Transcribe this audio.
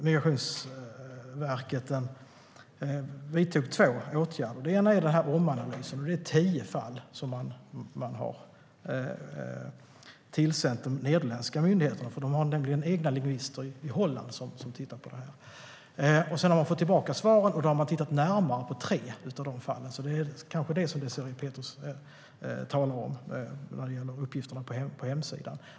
Migrationsverket vidtog då två åtgärder. En är omanalysen. Och det är tio fall som har tillsänts de nederländska myndigheterna eftersom Nederländerna har egna lingvister som tittar på sådant. Efter att ha fått tillbaka svaren har Migrationsverket tittat närmare på tre av fallen. Det kanske är de uppgifterna på hemsidan som Désirée Pethrus talar om.